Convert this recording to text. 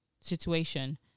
situation